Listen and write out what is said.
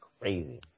Crazy